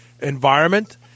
environment